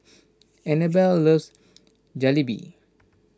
Annabell loves Jalebi